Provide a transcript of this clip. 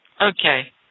Okay